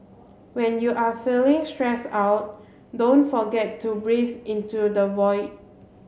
when you are feeling stressed out don't forget to breathe into the void